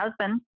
husband